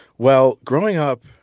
well, growing up,